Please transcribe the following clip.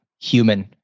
human